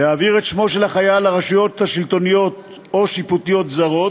להעביר את שמו של החייל לרשויות שלטוניות או שיפוטיות זרות,